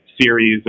series